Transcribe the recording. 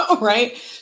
right